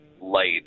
light